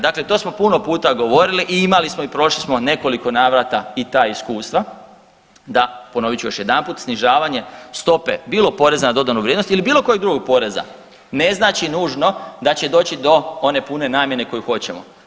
Dakle, to smo puno puta govorili i imali smo i prošli smo nekoliko navrata i ta iskustva, da ponovit ću još jedanput, snižavanje stope bilo poreza na dodanu vrijednost ili bilo kojeg drugog poreza ne znači nužno da će doći do one pune namjene koju hoćemo.